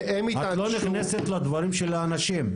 את לא נכנסת לדברים של האנשים.